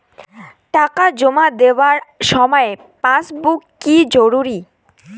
টাকা জমা দেবার সময় পাসবুক কি জরুরি?